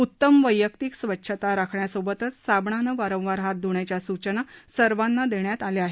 उत्तम वैयक्तिक स्वच्छता राखण्यासोबतच साबणानं वारंवार हात धुण्याच्या सूचना सर्वांना देण्यात आल्या आहेत